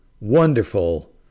wonderful